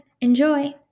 enjoy